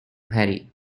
harry